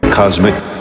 Cosmic